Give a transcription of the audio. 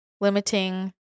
limiting